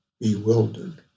bewildered